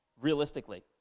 realistically